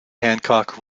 hancock